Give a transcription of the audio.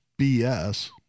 bs